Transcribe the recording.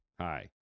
Hi